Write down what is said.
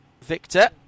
Victor